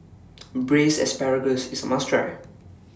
Braised Asparagus IS A must Try